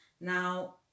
Now